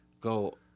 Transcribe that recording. Go